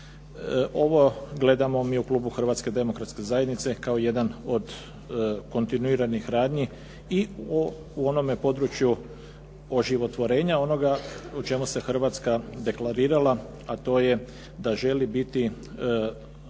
Ovo gledamo mi u klubu Hrvatske demokratske zajednice kao jedan od kontinuiranih radnji i u onome području oživotvorenja onoga u čemu se Hrvatska deklarirala a to je da želi biti